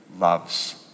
loves